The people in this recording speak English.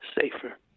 safer